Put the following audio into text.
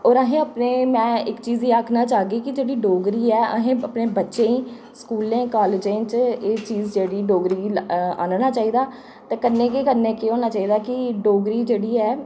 होर असें अपने में इक चीज एह् आखना चाह्ङ कि जेह्ड़ी डोगरी ऐ असें गी अपने बच्चें गी स्कूलें कालेजें च एह् चीज जेह्ड़ी डोगरी गी आह्नना चाहिदा ते कन्नै गै कन्नै केह् होना चाहिदा कि डोगरी जेह्ड़ी ऐ